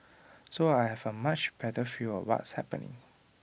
so I have A much better feel of what's happening